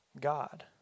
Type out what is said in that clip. God